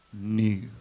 new